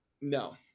No